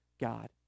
God